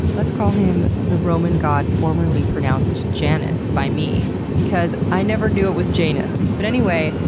let's call him the roman god formerly pronounced jan-us by me because i never knew it was jane-us! but anyway,